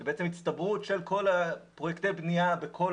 זאת בעצם הצטברות של כל פרוייקטי בנייה בכל